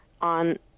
on